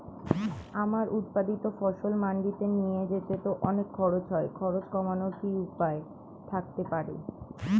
আমার উৎপাদিত ফসল মান্ডিতে নিয়ে যেতে তো অনেক খরচ হয় খরচ কমানোর কি উপায় থাকতে পারে?